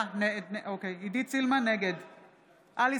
נגד עלי